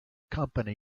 company